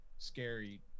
scary